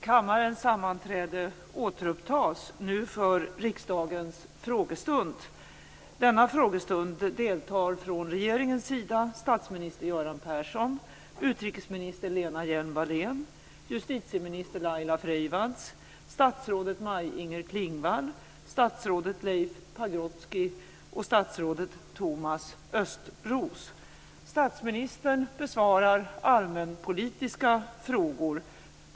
Kammarens sammanträde återupptas nu för riksdagens frågestund. Vid denna frågestund deltar från regeringens sida statsminister Göran Persson, utrikesminister Lena Hjelm-Wallén, justitieminister Laila Leif Pagrotsky och statsrådet Thomas Östros. Statsministern besvarar allmänpolitiska frågor.